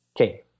Okay